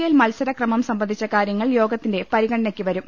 L മത്സരക്രമം സംബന്ധിച്ച കാര്യങ്ങൾ യോഗത്തിന്റെ പരിഗണനയ്ക്ക് വരും